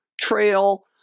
trail